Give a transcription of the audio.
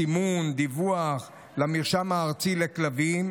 סימון ודיווח למרשם הארצי לכלבים,